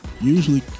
Usually